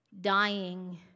dying